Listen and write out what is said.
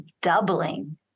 doubling